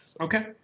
Okay